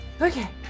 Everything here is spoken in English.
okay